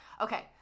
Okay